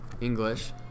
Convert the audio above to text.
English